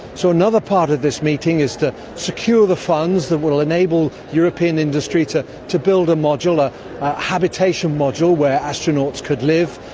so another part of this meeting is to secure the funds that will enable european industry to to build a modular habitation module where astronauts could live.